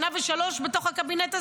שנה ושלושה בתוך הקבינט הזה?